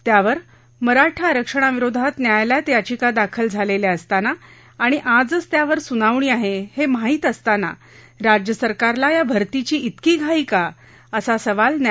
त्यावर मराठा आरक्षणाविरोधात न्यायालयात याचिका दाखल झालेल्या असताना आणि आजच त्यावर सुनावणी आहे हे माहित असताना राज्यसरकारला या भर्तीची त्रिकी घाई का असा सवाल न्या